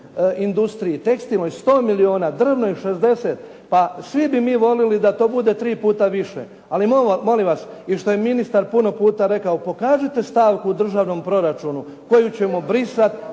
industriji 100 milijuna, drvnoj 60. pa svi bi mi voljeli da to bude 3 puta više. Ali molim vas i što je ministar puno puta rekao, pokažite stavku državnom proračunu koju ćemo brisati,